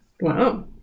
Wow